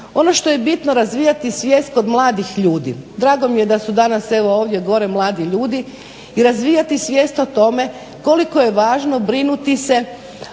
Ono što je bitno, razvijati svijest kod mladih ljudi. Drago mi je da su danas ovdje gore mladi ljudi i razvijati svijest o tome koliko je važno brinuti se